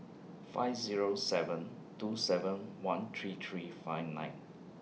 five Zero seven two seven one three three five nine